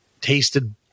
tasted